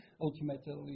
Ultimately